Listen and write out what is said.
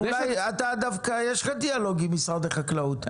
אתה דווקא יש לך דיאלוג עם משרד החקלאות,